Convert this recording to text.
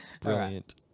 Brilliant